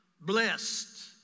Blessed